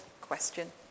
question